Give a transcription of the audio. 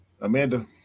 Amanda